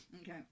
Okay